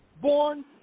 born